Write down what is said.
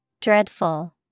Dreadful